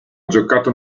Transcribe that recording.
giocato